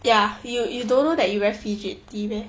ya you you don't know that you very fidgety meh